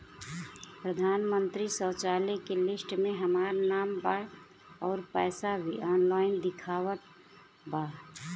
प्रधानमंत्री शौचालय के लिस्ट में हमार नाम बा अउर पैसा भी ऑनलाइन दिखावत बा